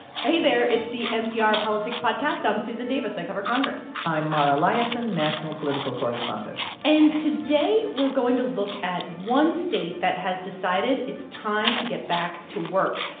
hey there. it's the npr politics podcast. i'm susan davis. i cover congress i'm mara liasson, national political correspondent and today we're going to look at one state that has decided it's time to get back to work.